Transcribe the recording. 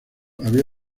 había